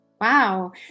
Wow